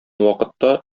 вакытта